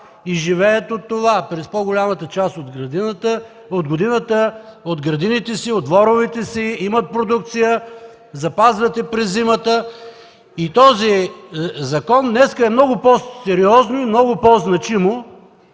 и живеят от това. През по-голямата част от годината от градините си, от дворовете си имат продукция, запазват я през зимата. Този закон днес е много по-сериозното и много по-значимото,